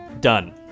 Done